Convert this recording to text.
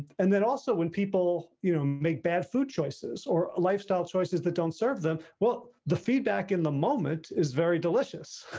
and then also when people you know, make bad food choices or lifestyle choices that don't serve them. well, the feedback in the moment is very delicious.